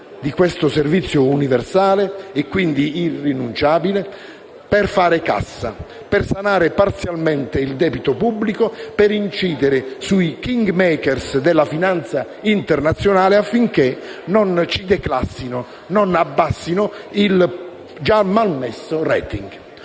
di questo servizio universale, e quindi irrinunciabile, per fare cassa, per sanare parzialmente il debito pubblico, per incidere sui *kingmakers* della finanza internazionale affinché non ci declassino, non abbassino il già malmesso *rating*.